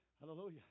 Hallelujah